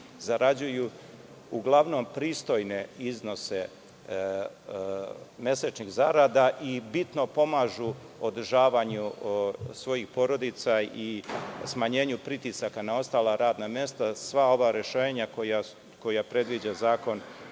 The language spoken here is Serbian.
zarađuju uglavnom pristojne iznose mesečnih zarada i bitno pomažu održavanju svojih porodica i smanjenju pritisaka na ostala radna mesta, dakle, sva ova rešenja koja predviđa Zakon